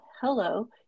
hello